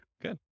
good